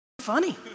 funny